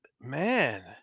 man